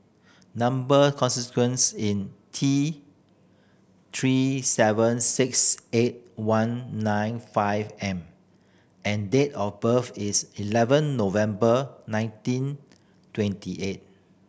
number consequence in T Three seven six eight one nine five M and date of birth is eleven November nineteen twenty eight